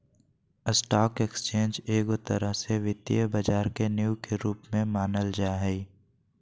stock exchange एगो तरह से वित्तीय बाजार के नींव के रूप मे मानल जा हय